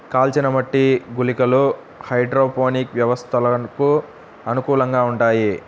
కాల్చిన మట్టి గుళికలు హైడ్రోపోనిక్ వ్యవస్థలకు అనుకూలంగా ఉంటాయి